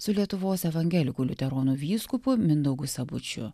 su lietuvos evangelikų liuteronų vyskupu mindaugu sabučiu